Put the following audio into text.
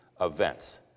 events